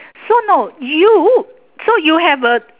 so no you so you have a